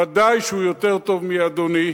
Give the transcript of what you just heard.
ודאי שהוא יותר טוב מאדוני,